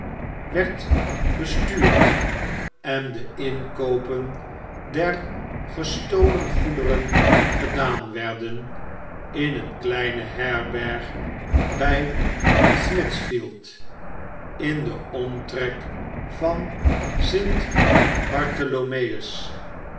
werd bestuurd en de inkoopen der gestolen foederen gedaan werden in een kleine herberg ij smithfield in den omtrek van st bartholomew's